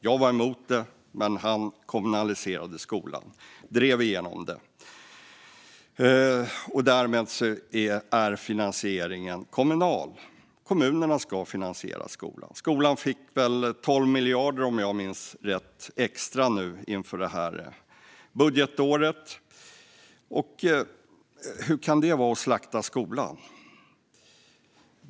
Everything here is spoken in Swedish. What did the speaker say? Jag var emot det, men han kommunaliserade skolan och drev igenom det. Därmed är finansieringen kommunal. Kommunerna ska finansiera skolan. Om jag minns rätt fick skolan 12 miljarder extra inför detta budgetår. Hur kan det vara att slakta skolan?